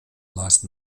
last